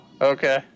okay